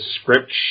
script